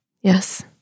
Yes